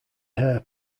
hair